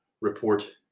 report